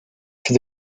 for